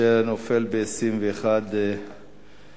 אשר נופל ב-21 בחודש,